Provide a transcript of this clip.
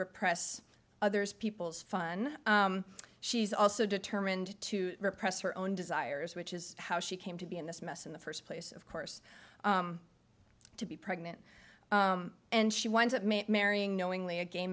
repress others people's fun she's also determined to repress her own desires which is how she came to be in this mess in the first place of course to be pregnant and she winds up mate marrying knowingly a gay